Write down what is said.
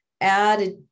added